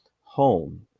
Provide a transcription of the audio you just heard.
home